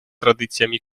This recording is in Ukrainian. традиціями